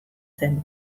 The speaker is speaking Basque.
zen